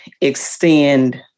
extend